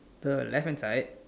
the left hand side